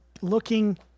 looking